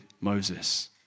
Moses